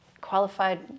qualified